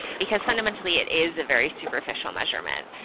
because fundamentally it is a very superficial measurement.